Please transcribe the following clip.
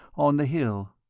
on the hill.